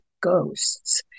Ghosts